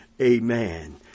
amen